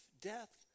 death